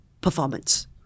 performance